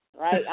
right